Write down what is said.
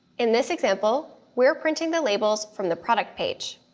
in this example, we're printing the labels from the product page.